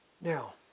Now